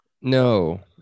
No